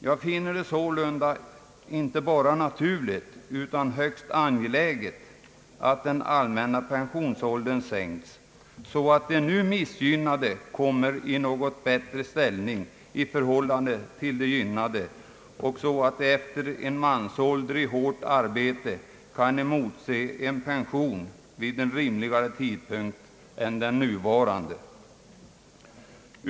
Jag finner det sålunda inte bara naturligt utan högst angeläget att den allmänna pensionsåldern sänks, så att de nu missgynnade kommer i något bättre ställning i förhållande till de gynnade och så att de efter en mansålder av hårt arbete kan motse pension vid en rimligare tidpunkt än den nuvarande.